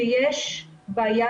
שיש בעיה,